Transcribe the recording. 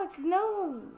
no